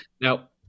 Now